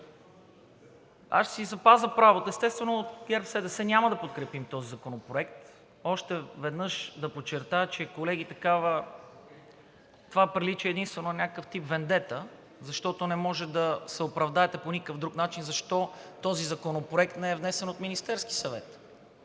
колеги, олекна. Естествено, ГЕРБ-СДС няма да подкрепим този законопроект. Още веднъж да подчертая, колеги, че това прилича единствено на някакъв тип вендета, защото не може да се оправдаете по никакъв друг начин защо този законопроект не е внесен от Министерския съвет,